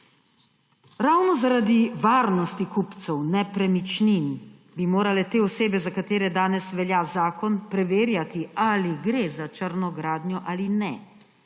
Ravno zaradi varnosti kupcev nepremičnin bi morale te osebe, za katere danes velja zakon, preverjati, ali gre za črno gradnjo ali ne.